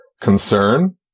concern